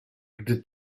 gdy